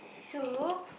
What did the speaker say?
so